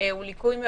הוא ליקוי מאורות.